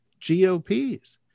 GOP's